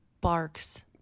barks